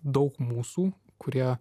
daug mūsų kurie